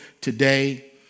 today